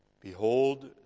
Behold